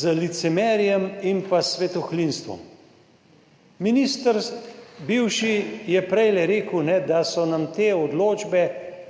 z licemerjem in pa svetohlinstvom. Minister, bivši, je prej rekel, da so nam te odločbe,